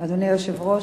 אדוני היושב-ראש,